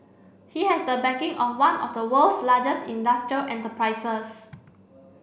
he has the backing of one of the world's largest industrial enterprises